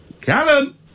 Callum